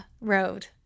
road